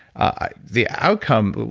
ah the outcome,